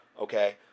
Okay